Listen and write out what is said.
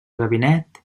gabinet